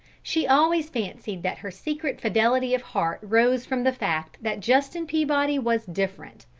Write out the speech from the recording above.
she always fancied that her secret fidelity of heart rose from the fact that justin peabody was different.